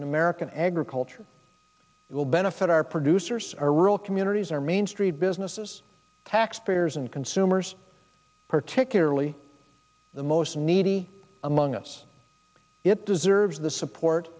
in american agriculture will benefit our producers or rural communities or main street businesses taxpayers and consumers particularly the most needy among it deserves the support